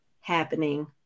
happening